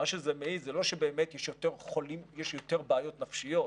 מה שזה מעיד זה לא שבאמת יש יותר בעיות נפשיות,